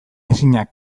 ezinak